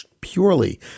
purely